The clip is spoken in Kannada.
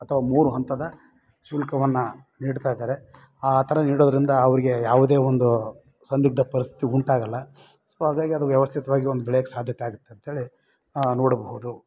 ಅಥವಾ ಮೂರು ಹಂತದ ಶುಲ್ಕವನ್ನು ನೀಡ್ತಾ ಇದ್ದಾರೆ ಆ ಥರ ನೀಡೋದರಿಂದ ಅವ್ರಿಗೆ ಯಾವುದೇ ಒಂದು ಸಂದಿಗ್ದ ಪರಿಸ್ಥಿತಿ ಉಂಟಾಗೋಲ್ಲ ಸೊ ಹಾಗಾಗಿ ಅದು ವ್ಯವಸ್ಥಿತವಾಗಿ ಒಂದು ಬೆಳೆಯಕ್ಕೆ ಸಾಧ್ಯತೆ ಆಗುತ್ತೆ ಅಂತೇಳಿ ನೋಡಬಹುದು